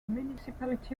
municipality